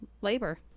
labor